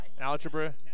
Algebra